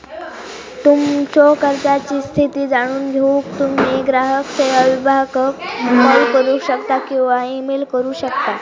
तुमच्यो कर्जाची स्थिती जाणून घेऊक तुम्ही ग्राहक सेवो विभागाक कॉल करू शकता किंवा ईमेल करू शकता